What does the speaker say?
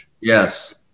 Yes